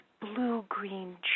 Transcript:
blue-green